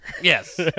Yes